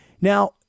Now